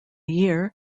year